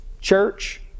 church